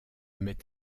met